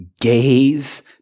Gaze